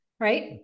Right